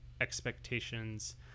expectations